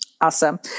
awesome